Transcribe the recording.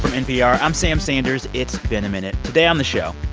um npr, i'm sam sanders. it's been a minute. today on the show,